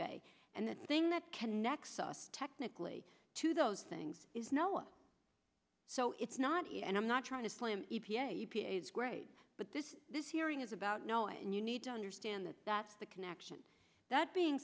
bay and the thing that connects us technically to those things is no one so it's not and i'm not trying to slam e p a e p a is great but this this hearing is about no and you need to understand that that's the connection that being